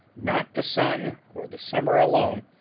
not the sun or the summer alone,